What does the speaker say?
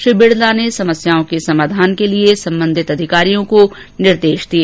श्री बिड़ला ने समस्याओं के समाधान के लिए संबंधित अधिकारियों को निर्देश दिए